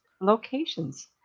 locations